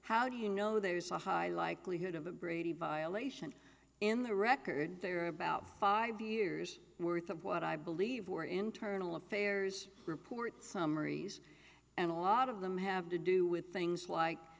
how do you know there is a high likelihood of a brady violation in the record there were about five years worth of what i believe were internal affairs reports summaries and a lot of them have to do with things like